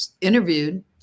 interviewed